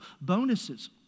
Bonuses